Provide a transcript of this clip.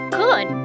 good